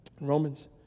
Romans